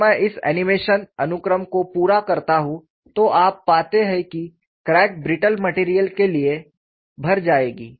जब मैं इस एनीमेशन अनुक्रम को पूरा करता हूं तो आप पाते हैं कि क्रैक ब्रिट्टल मटेरियल के लिए भर जाएगी